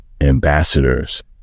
ambassadors